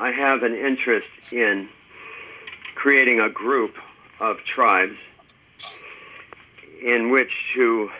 i have an interest in creating a group of tribes in which to